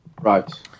Right